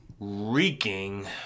reeking